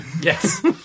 Yes